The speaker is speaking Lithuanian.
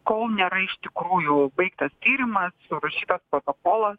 kol nėra iš tikrųjų baigtas tyrimas surašytas protokolas